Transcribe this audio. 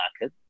market